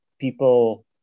people